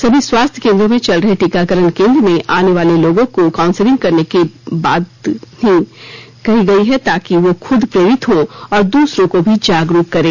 सभी स्वास्थ्य केंद्रों में चल रहे टीकाकरण केंद्र में आने वाले लोगों को काउंसिलिंग करने की भी बात कही है ताकि वह ख्रद प्रेरित हों और दूसरों को भी जागरूक करें